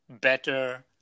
better